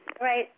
right